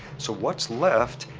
so what's left?